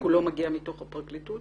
כולו מגיע מתוך הפרקליטות?